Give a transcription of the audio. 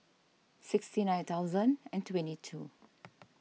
sixty nine thousand and twenty two